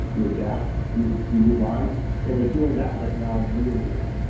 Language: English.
you adapt, you you move on and we're doing that right now really well